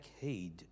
heed